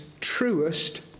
truest